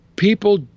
People